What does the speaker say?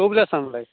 tube ലെസ്സാണല്ലേ